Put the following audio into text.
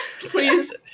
Please